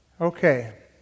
Okay